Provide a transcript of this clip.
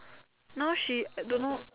now she don't know